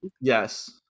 yes